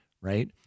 right